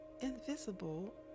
invisible